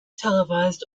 televised